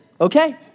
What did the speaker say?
okay